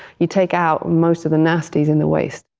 you take out most of the nasties in the waste.